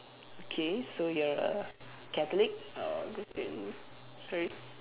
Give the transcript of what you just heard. okay so you're a Catholic or Christian sorry